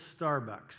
Starbucks